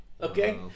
Okay